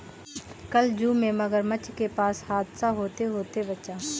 कल जू में मगरमच्छ के पास हादसा होते होते बचा